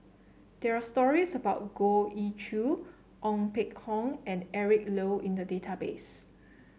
there are stories about Goh Ee Choo Ong Peng Hock and Eric Low in the database